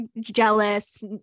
jealous